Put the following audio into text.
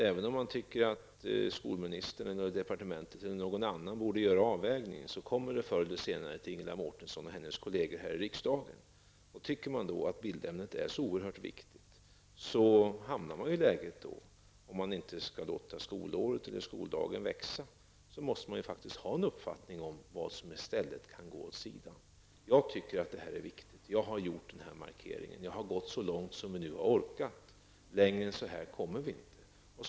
Även om man tycker att skolministern, departementet eller någon annan borde göra avvägningen kommer den förr eller senare till Ingela Mårtensson och hennes kolleger här i riksdagen. Tycker man att bildämnet är så oerhört viktigt hamnar man i det läget -- om man inte skall låta skolåret eller skoldagen växa -- att man faktiskt måste ha en uppfattning om vad man i stället kan ställa åt sidan. Jag tycker att detta är viktigt. Jag har gjort den här markeringen. Jag har gått så långt som vi nu har orkat. Längre än så här kommer vi inte nu.